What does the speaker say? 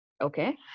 Okay